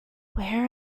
where